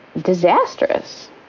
disastrous